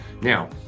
Now